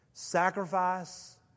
Sacrifice